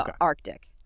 Arctic